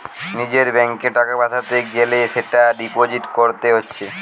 নিজের ব্যাংকে টাকা পাঠাতে গ্যালে সেটা ডিপোজিট কোরতে হচ্ছে